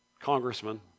congressman